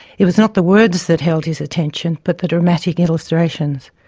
it was not the words that held his attention but the dramatic illustrations.